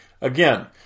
Again